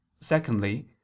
secondly